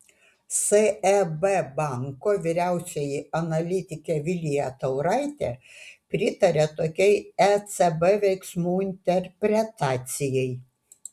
seb banko vyriausioji analitikė vilija tauraitė pritaria tokiai ecb veiksmų interpretacijai